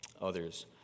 others